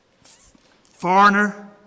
foreigner